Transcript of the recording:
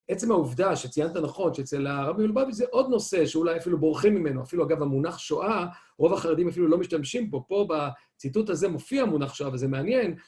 עצם העובדה שציינת נכון שאצל הרבי מלובביץ זה עוד נושא שאולי אפילו בורחים ממנו, אפילו אגב, המונח שואה רוב החרדים אפילו לא משתמשים פה, פה בציטוט הזה מופיע המונח שואה וזה מעניין.